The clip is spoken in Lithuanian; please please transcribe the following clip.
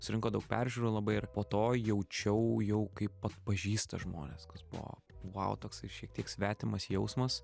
surinko daug peržiūrų labai ir po to jaučiau jau kaip atpažįsta žmonės kas buvo vau toks ir šiek tiek svetimas jausmas